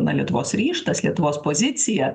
na lietuvos ryžtas lietuvos pozicija